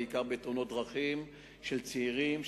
בעיקר בתאונות דרכים של צעירים,